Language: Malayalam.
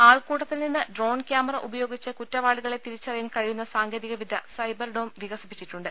ആൾക്കൂട്ട ത്തിൽ നിന്ന് ഡ്രോൺ കൃാമറ ഉപയോഗിച്ച് കുറ്റവാളികളെ തിരി ച്ചറിയാൻ കഴിയുന്ന സാങ്കേതിക വിദ്യ സൈബർഡോം വികസി പ്പിച്ചിട്ടുണ്ട്